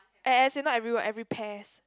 as as in not everyone every pairs